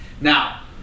Now